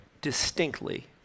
distinctly